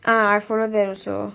ah I follow that also